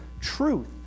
truth